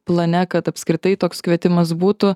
plane kad apskritai toks kvietimas būtų